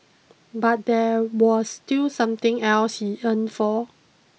but there was still something else he yearned for